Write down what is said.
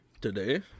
Today